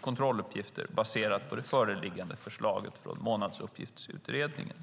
kontrolluppgifter baserade på det föreliggande förslaget från Månadsuppgiftsutredningen.